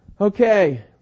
okay